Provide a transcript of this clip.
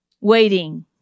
waiting